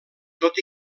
tot